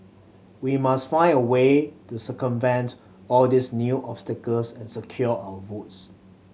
we must find a way to circumvent all these new obstacles and secure our votes